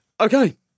Okay